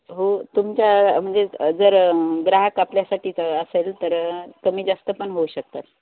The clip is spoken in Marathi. हो तुमच्या म्हणजे जर ग्राहक आपल्यासाठीच असेल तर कमी जास्त पण होऊ शकतात